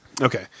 Okay